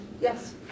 yes